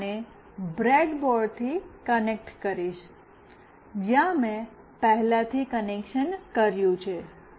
હું આને બ્રેડબોર્ડથી કનેક્ટ કરીશ જ્યાં મેં પહેલાથી કનેક્શન કર્યું છે